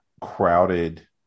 crowded